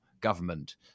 government